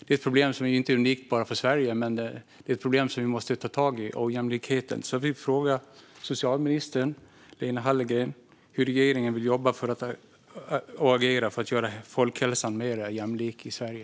Detta problem är inte unikt för Sverige, men denna ojämlikhet är ett problem som vi måste ta tag i. Min fråga går till socialminister Lena Hallengren: Hur vill regeringen jobba och agera för att göra folkhälsan mer jämlik i Sverige?